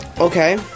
Okay